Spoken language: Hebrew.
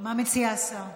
מה מציע השר?